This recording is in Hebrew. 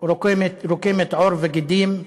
קורמת עור וגידים,